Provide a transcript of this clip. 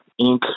Inc